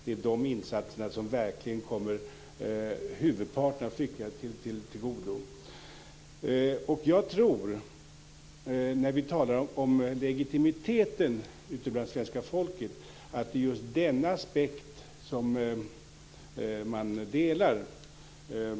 De är de insatserna som verkligen kommer huvudparten av flyktingarna till godo. Jag tror att när vi talar om legitimiteten ute bland svenska folket är det just denna aspekt man delar.